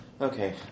Okay